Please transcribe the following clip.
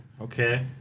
Okay